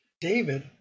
David